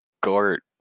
Gort